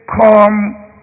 come